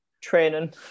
training